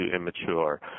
immature